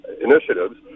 initiatives